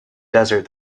desert